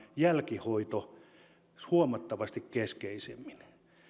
jälkihoito huomattavasti keskeisemmin